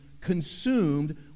consumed